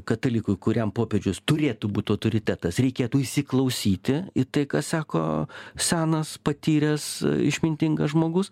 katalikui kuriam popiežius turėtų būt autoritetas reikėtų įsiklausyti į tai ką sako senas patyręs išmintingas žmogus